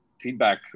feedback